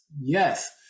Yes